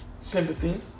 sympathy